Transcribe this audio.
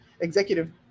executive